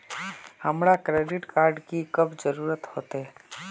हमरा credit card की कब जरूरत होते?